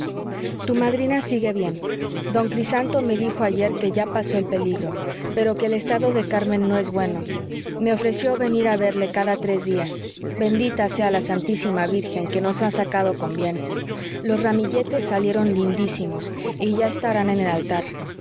tu madrina sigue bien don crisanto me dijo ayer que ya pasó el peligro pero que el estado de carmen no es bueno me ofreció venir a verla cada tres días bendita sea la santísima virgen que nos ha sacado con bien los ramilletes salieron lindísimos y ya estarán en el altar